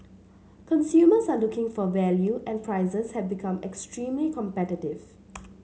consumers are looking for value and prices have become extremely competitive